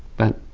but,